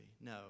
No